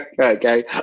Okay